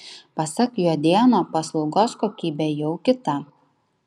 pasak juodėno paslaugos kokybė jau kita